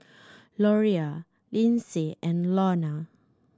Loria Linsey and Lorna